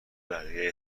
بقیه